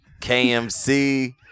KMC